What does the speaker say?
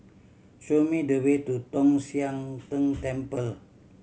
show me the way to Tong Sian Tng Temple